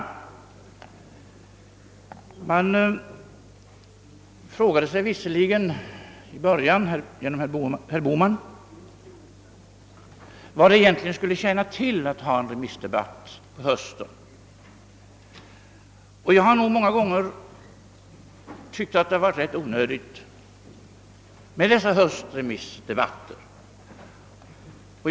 Herr Bohman frågade visserligen i början av debatten vad det tjänar till att ha en remissdebatt på hösten, och jag har själv många gånger tyckt att dessa höstremissdebatter varit onödiga.